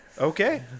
Okay